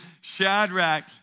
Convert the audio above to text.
Shadrach